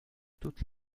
toutes